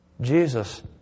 Jesus